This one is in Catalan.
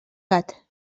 gat